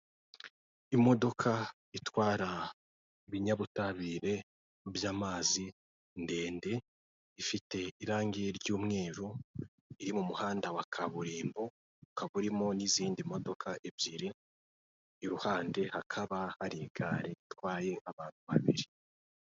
Inzu y'igorofa igeretse rimwe, isize irangi ry'umweru, ifite n'amabara y'ubururu, irimo imiryango ifite irangi ry'icyatsi ndetse hasi umuryango ukinguye, uhagazemo umuntu.